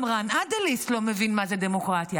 גם רן אדליסט לא מבין מה זה דמוקרטיה.